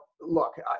look